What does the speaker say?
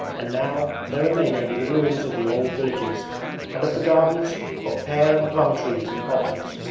and now there remain only the ruins of the old villages and of the gardens of pear and plum trees and poplars,